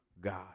God